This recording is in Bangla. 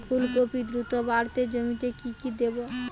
ফুলকপি দ্রুত বাড়াতে জমিতে কি দেবো?